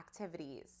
activities